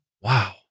Wow